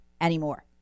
anymore